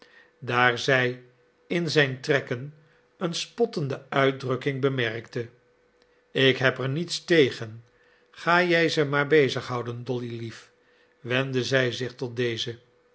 daar zij in zijn trekken een spottende uitdrukking bemerkte ik heb er niets tegen ga jij ze wat bezig houden dollylief wendde zij zich tot deze